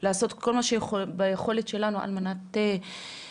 לעשות כל מה שביכולת שלנו על מנת שהנושא